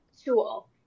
Tool